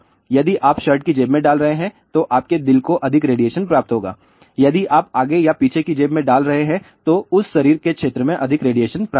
यदि आप शर्ट की जेब में डाल रहे हैं तो आपके दिल को अधिक रेडिएशन प्राप्त होगा यदि आप आगे या पीछे की जेब में डाल रहे हैं तो उस शरीर के क्षेत्र में अधिक रेडिएशन प्राप्त होगा